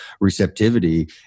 receptivity